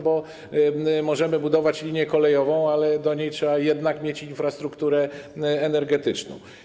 Bo możemy budować linię kolejową, ale do niej trzeba jednak mieć infrastrukturę energetyczną.